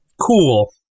Cool